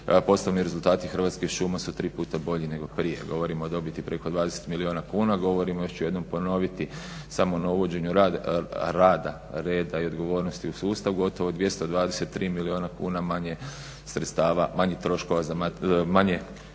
Poslovni rezultati Hrvatskih šuma su 3 puta bolji nego prije. Govorimo o dobiti preko 20 milijuna kuna. Govorimo, još ću jednom ponoviti samo na uvođenju rada, reda i odgovornosti u stav, gotovo 223 milijuna kuna manje sredstava, manjih troškova, manje potrošeno,